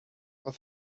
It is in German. was